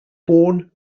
born